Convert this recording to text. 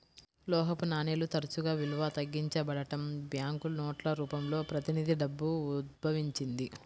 లోహపు నాణేలు తరచుగా విలువ తగ్గించబడటం, బ్యాంకు నోట్ల రూపంలో ప్రతినిధి డబ్బు ఉద్భవించింది